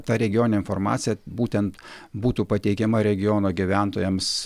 ta regioninė informacija būtent būtų pateikiama regiono gyventojams